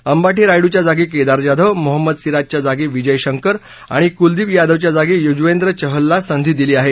अंबाठी रायडूच्या जागी केदार जाधव मोहम्मद सिराजच्या जागी विजय शंकर आणि कुलदीप यादवच्या जागी युजवेंद्र चहलला संधी दिली आहे